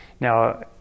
Now